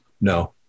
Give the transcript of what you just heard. no